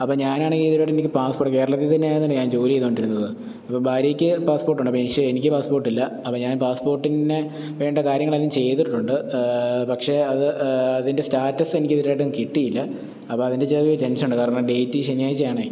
അപ്പോൾ ഞാനാണെങ്കിൽ ഇതുവരെയായിട്ട് എനിക്ക് പാസ്പോർട്ട് കേരളത്തിൽ തന്നെയായിരുന്നല്ലോ ഞാൻ ജോലി ചെയ്തുകൊണ്ടിരുന്നത് ഭാര്യക്ക് പാസ്പോർട്ട് ഉണ്ട് പക്ഷേ എനിക്ക് പാസ്പോർട്ട് ഇല്ല അപ്പം ഞാൻ പാസ്പോർട്ടിന് വേണ്ട കാര്യങ്ങളെല്ലാം ചെയ്തിട്ടുണ്ട് പക്ഷെ അത് അതിന്റെ സ്റ്റാറ്റസെനിക്കിത് വരെയായിട്ടും കിട്ടിയില്ല അപ്പം അതിന്റെ ചെറിയൊര് ടെൻഷൻ ഉണ്ട് കാരണം ഡേറ്റ് ഈ ശനിയായ്ച്ചയാണേ